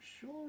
sure